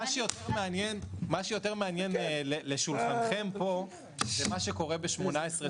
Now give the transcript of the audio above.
מה שיותר מעניין לשולחנכם פה זה מה שקרה ב-2018,